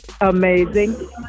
Amazing